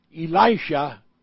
Elisha